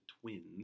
Twins